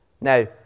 now